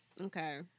Okay